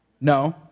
No